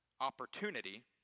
opportunity